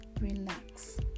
Relax